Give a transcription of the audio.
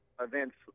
events